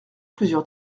plusieurs